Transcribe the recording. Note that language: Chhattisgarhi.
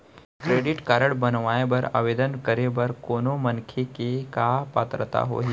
क्रेडिट कारड बनवाए बर आवेदन करे बर कोनो मनखे के का पात्रता होही?